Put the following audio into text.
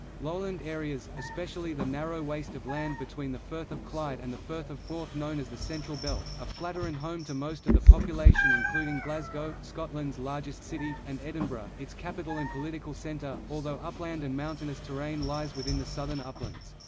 lowland areas especially the narrow waist of land between the firth of clyde and the firth of forth known as the central belt are ah flatter and home to most of the population including glasgow, scotland's largest city, and edinburgh, its capital and political centre, although upland and mountainous terrain lies within the southern uplands.